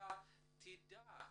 הקהילה תדע.